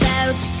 out